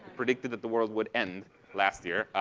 predicted that the world would end last year.